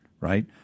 Right